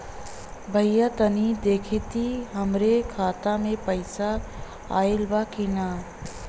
भईया तनि देखती हमरे खाता मे पैसा आईल बा की ना?